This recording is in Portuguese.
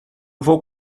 vou